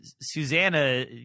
Susanna